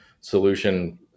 solution